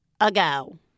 ago